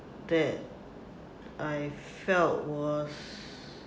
that I felt was